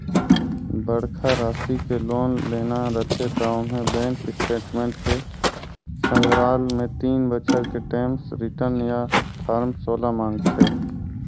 बड़खा रासि के लोन लेना रथे त ओम्हें बेंक स्टेटमेंट के संघराल मे तीन बछर के टेम्स रिर्टन य फारम सोला मांगथे